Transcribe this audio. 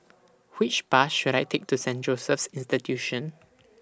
Which Bus should I Take to Saint Joseph's Institution